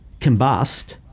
combust